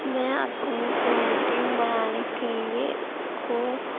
میں اپنی پینٹنگ بنانے کے لیے اس کو